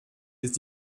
ist